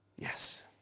Yes